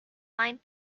lined